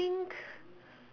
I think